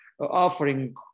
offering